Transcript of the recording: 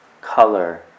color